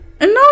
No